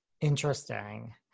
Interesting